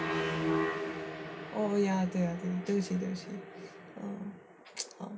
oh ya 对 ah 对不起对不起